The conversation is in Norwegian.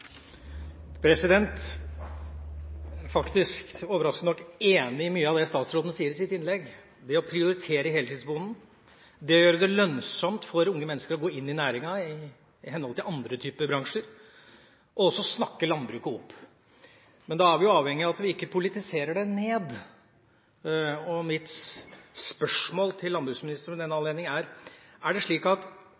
statsråden sier i sitt innlegg – det å prioritere heltidsbonden, det å gjøre det lønnsomt for unge mennesker å gå inn i næringa, sammenlignet med andre typer bransjer, og også det å snakke landbruket opp. Men da er vi avhengige av at vi ikke politiserer det ned. Mitt spørsmål til landbruksministeren